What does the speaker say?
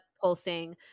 pulsing